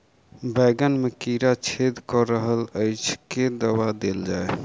बैंगन मे कीड़ा छेद कऽ रहल एछ केँ दवा देल जाएँ?